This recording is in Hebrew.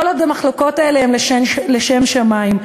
כל עוד המחלוקות האלה הן לשם שמים,